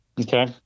Okay